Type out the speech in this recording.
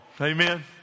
Amen